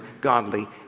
godly